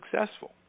successful